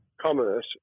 commerce